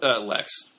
Lex